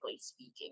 speaking